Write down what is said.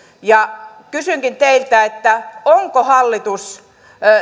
kysynkin teiltä onko hallitus